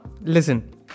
listen